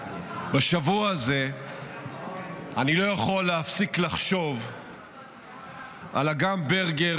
בשבוע הזה אני לא יכול להפסיק לחשוב על אגם ברגר,